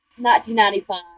1995